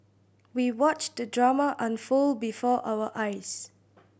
we watched the drama unfold before our eyes